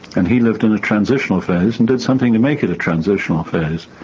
and he lived in a transitional phase and did something to make it a transitional phase.